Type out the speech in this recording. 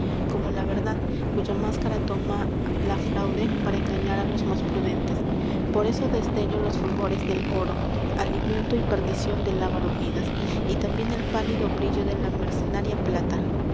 como la verdad cuya máscara toma la fraude para engañar á los más prudentes por eso desdeño los fulgores del oro alimento y perdicion del avaro midas y tambien el pálido brillo de la mercenaria plata